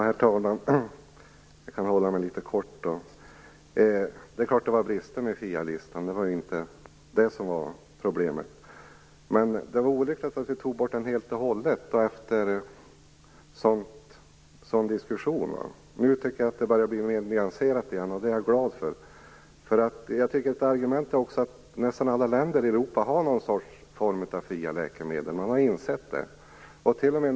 Herr talman! Jag skall fatta mig kort. Det är klart att det fanns brister i den fria listan. Det var inte det som var problemet. Men det var olyckligt att den togs bort helt och hållet och efter en sådan diskussion. Nu tycker jag att debatten börjar bli mer nyanserad igen, och det är jag glad över. Ett argument är också att nästan alla länder i Europa har någon form av fria läkemedel. De har insett betydelsen av detta.